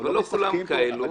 אבל לא כולם כאלו.